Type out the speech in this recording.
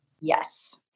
Yes